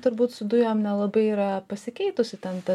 turbūt su dujom nelabai yra pasikeitusi ten ta